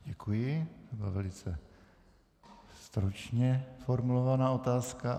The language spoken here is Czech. Děkuji, to byla velice stručně formulovaná otázka.